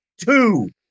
two